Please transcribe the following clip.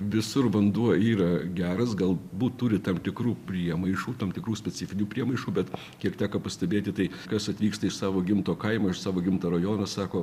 visur vanduo yra geras galbūt turi tam tikrų priemaišų tam tikrų specifinių priemaišų bet kiek teko pastebėti tai kas atvyksta iš savo gimto kaimo iš savo gimto rajono sako